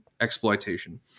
exploitation